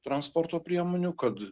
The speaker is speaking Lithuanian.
transporto priemonių kad